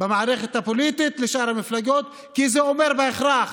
במערכת הפוליטית לשאר המפלגות, כי זה אומר בהכרח